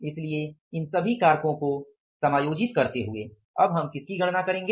इसलिए इन सभी कारकों को समायोजित करते हुए अब हम किसकी गणना करेंगे